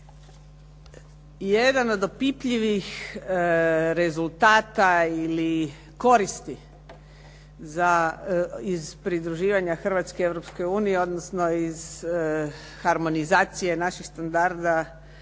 Jedan od opipljivih rezultata ili koristi iz pridruživanja Hrvatske Europskoj uniji, odnosno iz harmonizacije naših standarda